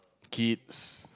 kids